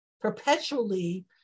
perpetually